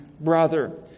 brother